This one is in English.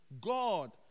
God